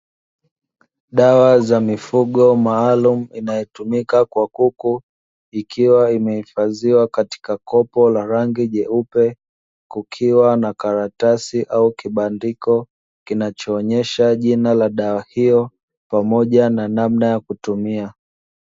Dawa za mifugo maalumu inayotumika kwa kuku ikiwa imehifadhiwa katika la rangi jeupe kukiwa na karatasi au kibandiko kinachoonyesha jina la dawa hiyo pamoja na namna ya kutumia.